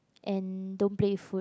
and don't play with food